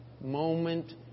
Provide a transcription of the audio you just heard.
moment